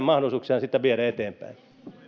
mahdollisuuksia sitä viedä eteenpäin